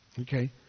Okay